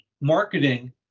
marketing